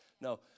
No